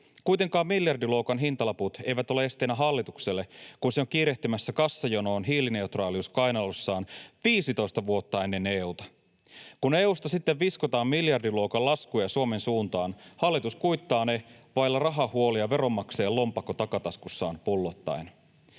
Kuitenkaan miljardiluokan hintalaput eivät ole esteenä hallitukselle, kun se on kiirehtimässä kassajonoon hiilineutraalius kainalossaan — 15 vuotta ennen EU:ta! Kun EU:sta sitten viskotaan miljardiluokan laskuja Suomen suuntaan, hallitus kuittaa ne vailla rahahuolia, veronmaksajien lompakko takataskussaan pullottaen.